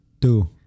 two